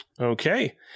Okay